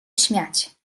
śmiać